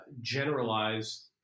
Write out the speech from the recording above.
generalized